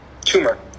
tumor